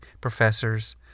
professors